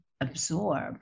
absorb